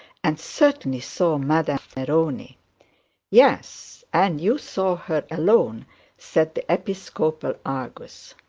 and certainly saw madame neroni yes, and you saw her alone said the episcopal argus.